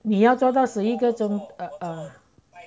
你要做到十一个钟 ah